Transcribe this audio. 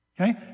okay